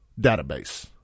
Database